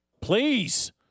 please